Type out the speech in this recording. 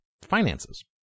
finances